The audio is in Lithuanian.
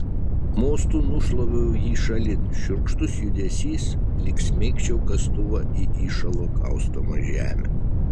mostu nušlaviau jį šalin šiurkštus judesys lyg smeigčiau kastuvą į įšalo kaustomą žemę